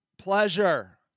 pleasure